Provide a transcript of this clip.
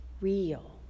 real